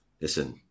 Listen